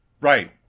Right